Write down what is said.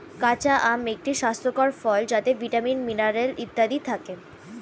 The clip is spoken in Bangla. কাঁচা আম একটি স্বাস্থ্যকর ফল যাতে ভিটামিন, মিনারেল ইত্যাদি থাকে